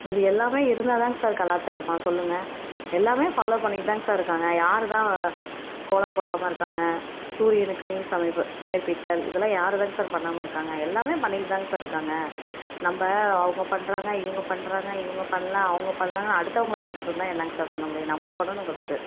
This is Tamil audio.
இது எல்லாம் இருந்தால் தானாங்க சார் கலாச்சாரமா சொல்லுங்கள் எல்லாம் ஃபாலோ பண்ணிக்கிட்டுதான்ங்க சார் இருக்காங்க யார் தான் கோலம் போடாமல் இருக்காங்க சூரியனுக்குனே சமர்ப்பித்தல் இதலாம் யார் தான்ங்க சார் பண்ணாமல் இருக்காங்க எல்லாம் பண்ணிக்கிட்டுதான் சார் இருக்காங்க நம்ம அவங்க பண்ணுறாங்க இவங்க பண்ணுறாங்க இவங்க பண்ணல அவங்க பண்ணலன்னு அடுத்தவங்களை பார்த்துகிட்டு இருந்தால் என்னங்க சார் பண்ணமுடியும் நம்ம பண்ணணும் ஃபர்ஸ்ட்டு